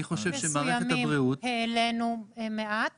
אני חושב שמערכת הבריאות --- במקרים מסוימים העלינו מעט